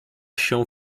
się